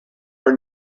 are